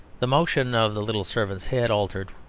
the motion of the little servant's head altered.